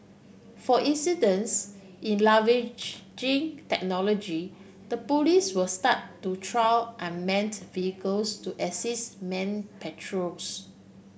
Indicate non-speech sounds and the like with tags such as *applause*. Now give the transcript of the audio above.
for incidence in *unintelligible* technology the police will start to trial unmanned vehicles to assist man patrols